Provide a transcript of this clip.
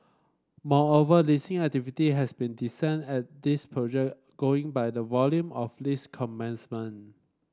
moreover leasing activity has been decent at these project going by the volume of lease commencement